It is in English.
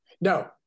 No